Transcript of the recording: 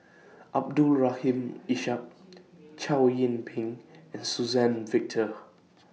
Abdul Rahim Ishak Chow Yian Ping and Suzann Victor